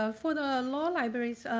ah for the law libraries,